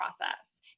process